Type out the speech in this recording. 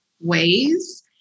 ways